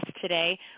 today